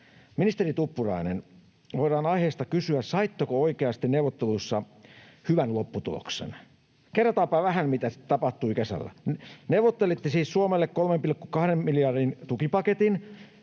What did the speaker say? Ministeri Tuppurainen, voidaan aiheesta kysyä: saitteko oikeasti neuvotteluissa hyvän lopputuloksen? Kerrataanpa vähän, mitä tapahtui kesällä. Neuvottelitte siis Suomelle 3,2 miljardin euron tukipaketin